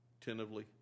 tentatively